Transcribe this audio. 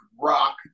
rock